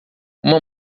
uma